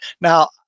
Now